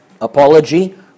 apology